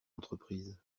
entreprise